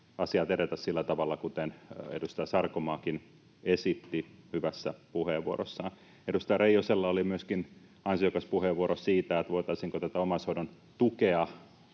asiat edetä sillä tavalla, kuten edustaja Sarkomaakin esitti hyvässä puheenvuorossaan. Edustaja Reijosella oli myöskin ansiokas puheenvuoro siitä, voitaisiinko omaishoidon tukea